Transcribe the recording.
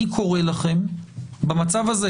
אני קורא לכם במצב הזה